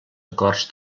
acords